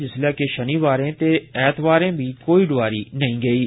जिसलै के शनिवारें ते ऐतवारें बी कोई डोआरी नेईं गेईं